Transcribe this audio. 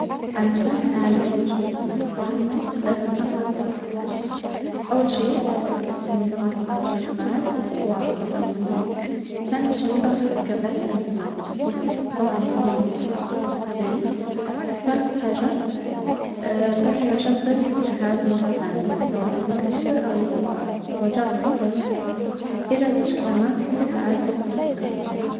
علشان أعالج مشكلة انقطاع النت لازم أفحص بعض الحاجات أول شي أتأكد إن الواي فاي شغال وأضواءه الطبيعية، تاني شي بفحص كابلات الإنترنت وأتأكد طبعًا إن هي موصلة زين، تالت حاجة برجع أشغل الجهاز مرة تانية سواء الكمبيوتر أو الموبايل وأجرب مرة تانية إذا المشكلة ما اتحلت عاد بتصل بخدمة العملا.